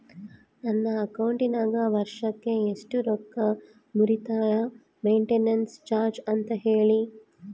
ನನ್ನ ಅಕೌಂಟಿನಾಗ ವರ್ಷಕ್ಕ ಎಷ್ಟು ರೊಕ್ಕ ಮುರಿತಾರ ಮೆಂಟೇನೆನ್ಸ್ ಚಾರ್ಜ್ ಅಂತ ಹೇಳಿ?